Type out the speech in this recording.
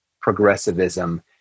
progressivism